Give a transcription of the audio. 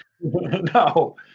No